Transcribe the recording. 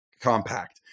compact